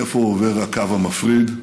איפה עובר הקו המפריד.